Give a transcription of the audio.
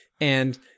and-